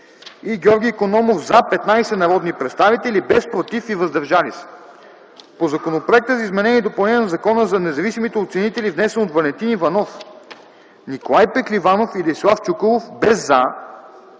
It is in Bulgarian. и Георги Икономов: „за” – 15 народни представители, без „против” и „въздържали се”; - по Законопроекта за изменение и допълнение на Закона за независимите оценители, внесен от Валентин Иванов, Николай Пехливанов и Десислав Чуколов: без „за”